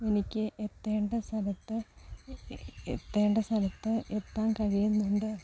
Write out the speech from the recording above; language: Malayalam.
എനിക്ക് എത്തേണ്ട സ്ഥലത്ത് എത്തേണ്ട സ്ഥലത്ത് എത്താൻ കഴിയുന്നുണ്ട്